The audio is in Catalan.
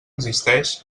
existeix